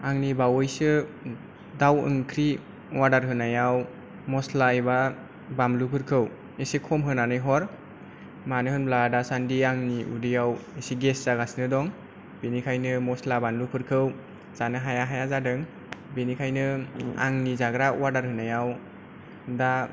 आंनि बावयैसो दाव ओंख्रि वादार होनायाव मसला एबा बानलु फोरखौ एसे खम होनानै हर मानो होनब्ला दासानदि आंनि उदैयाव एसे गेस जागासिनो दं बेनि खायनो मसला बानलु फोरखौ जानो हाया हाया जादों बेनिखायनो आंनि जाग्रा वादार होनायाव दा